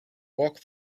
walk